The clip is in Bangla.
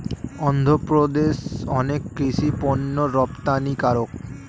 অন্ধ্রপ্রদেশ অনেক কৃষি পণ্যের রপ্তানিকারক